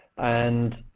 and,